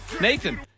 Nathan